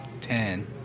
ten